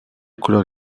couleur